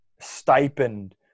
stipend